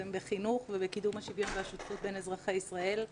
בחינוך ובקידום ה --- והשותפות בין אזרחי ישראל.